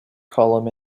column